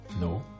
No